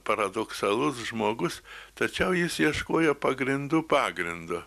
paradoksalus žmogus tačiau jis ieškojo pagrindų pagrindo